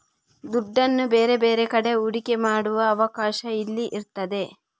ದುಡ್ಡನ್ನ ಬೇರೆ ಬೇರೆ ಕಡೆ ಹೂಡಿಕೆ ಮಾಡುವ ಅವಕಾಶ ಇಲ್ಲಿ ಇರ್ತದೆ